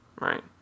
Right